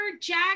jack